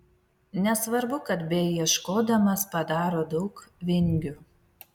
nesvarbu kad beieškodamas padaro daug vingių